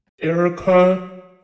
Erica